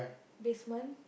basement